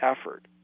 effort